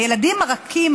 הילדים הרכים,